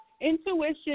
Intuition